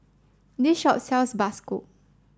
this shop sells Bakso